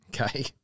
Okay